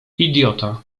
idiota